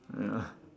ya